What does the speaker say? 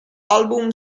album